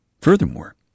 furthermore